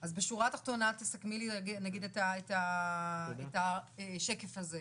אז בשורה התחתונה תסכמי לי את השקף הזה.